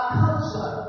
culture